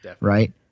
Right